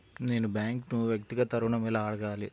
నేను బ్యాంక్ను వ్యక్తిగత ఋణం ఎలా అడగాలి?